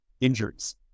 injuries